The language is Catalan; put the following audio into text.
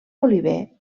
oliver